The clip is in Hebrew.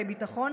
שרי ביטחון,